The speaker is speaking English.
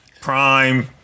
prime